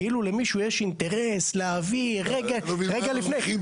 כאילו למישהו יש אינטרס להעביר רגע לפני.